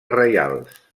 reials